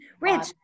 rich